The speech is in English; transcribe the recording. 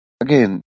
again